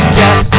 yes